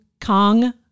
Kong